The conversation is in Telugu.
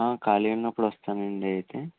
ఖాళీ ఉన్నప్పుడు వస్తానండి అయితే